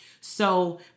So-